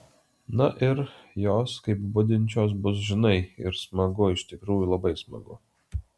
na ir jos kaip budinčios bus žinai ir smagu iš tikrųjų labai smagu